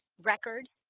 record